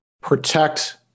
protect